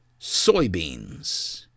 soybeans